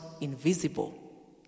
invisible